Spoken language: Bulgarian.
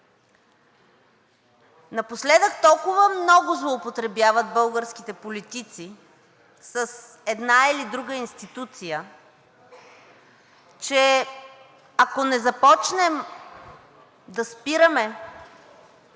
Напоследък толкова много злоупотребяват българските политици с една или друга институция, че ако не започнем да спираме